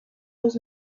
los